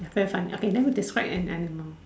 very funny okay let me describe an animal